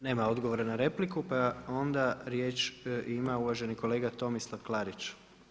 Nema odgovora na repliku pa onda riječ ima uvaženi kolega Tomislav Klarić.